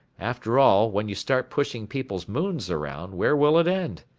after all, when you start pushing people's moons around, where will it end?